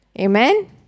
Amen